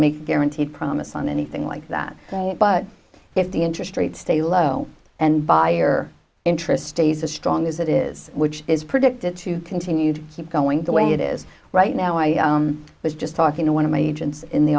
make guaranteed promise on anything like that but if the interest rates stay low and buyer interest stays as strong as it is which is predicted to continue to keep going the way it is right now i was just talking to one of my agents in the